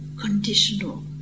conditional